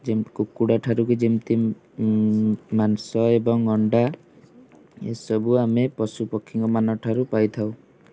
ଯେମିତି କୁକୁଡ଼ା ଠାରୁ ବି ଯେମିତି ମାଂସ ଏବଂ ଅଣ୍ଡା ଏସବୁ ଆମେ ପଶୁ ପକ୍ଷୀଙ୍କମାନଙ୍କ ଠାରୁ ପାଇଥାଉ